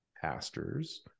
pastors